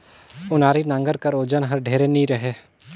ओनारी नांगर कर ओजन हर ढेर नी रहें